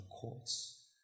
courts